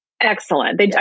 excellent